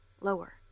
lower